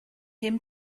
him